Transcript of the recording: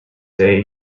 day